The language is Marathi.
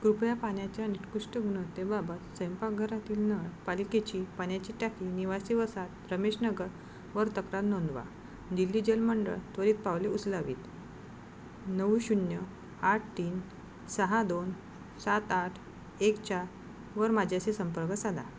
कृपया पाण्याच्या निकृष्ट गुणवत्तेबाबत स्वयंपाकघरातील नळ पालिकेची पाण्याची टाकी निवासी वसाहत रमेश नगर वर तक्रार नोंदवा दिल्ली जलमंडळ त्वरित पावले उचलावीत नऊ शून्य आठ तीन सहा दोन सात आठ एक चारवर माझ्याशी संपर्क साधा